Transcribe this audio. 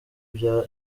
bya